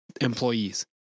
employees